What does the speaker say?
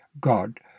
God